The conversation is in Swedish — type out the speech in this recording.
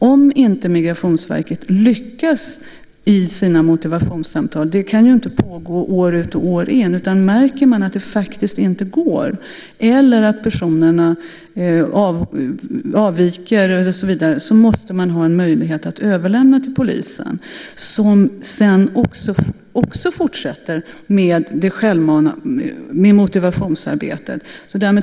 Om inte Migrationsverket lyckas i sina motivationssamtal, de kan ju inte pågå år ut och år in, utan man märker att det faktiskt inte går eller att personerna avviker så måste man ha en möjlighet att lämna över till polisen som sedan också fortsätter med motivationsarbetet.